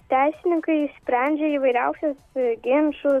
teisininkai sprendžia įvairiausius ginčus